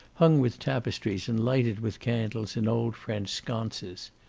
hung with tapestries and lighted with candles in old french sconces.